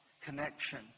connection